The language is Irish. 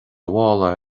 mhála